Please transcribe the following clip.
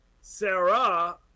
Sarah